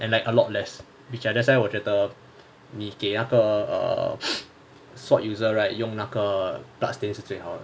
and like a lot less which I that's why 我觉得你给那个 err sword user right 用那个 blood stain 是最好的